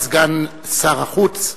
את סגן שר החוץ,